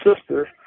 sister